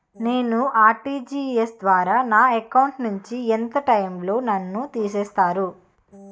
నేను ఆ.ర్టి.జి.ఎస్ ద్వారా నా అకౌంట్ నుంచి ఎంత టైం లో నన్ను తిసేస్తారు?